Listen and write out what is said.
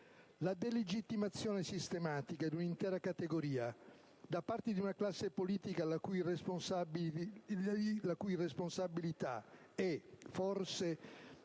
La delegittimazione sistematica di un'intera categoria, da parte di una classe politica la cui irresponsabilità è, forse,